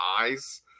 eyes